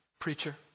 preacher